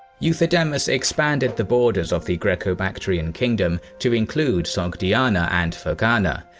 euthydemus expanded the borders of the greco-bactrian kingdom to include sogdiana and ferghana,